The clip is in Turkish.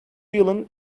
yılın